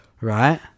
Right